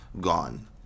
gone